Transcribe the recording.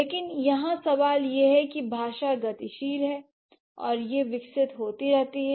लेकिन यहां सवाल यह है कि भाषा गतिशील है और यह विकसित होती रहती है